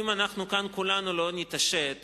אם אנו כאן כולנו לא נתעשת,